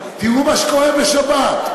תראו מה שקורה בשבת.